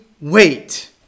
wait